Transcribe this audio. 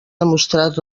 demostrat